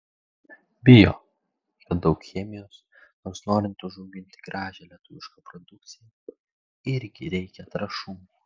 bijo kad daug chemijos nors norint užauginti gražią lietuvišką produkciją irgi reikia trąšų